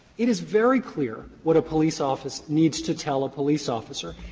it is very clear what a police office needs to tell a police officer.